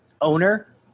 owner